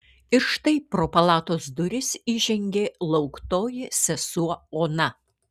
ir štai pro palatos duris įžengė lauktoji sesuo ona